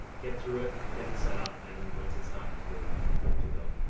get through it, get it set up. and once it's done, you're good to go.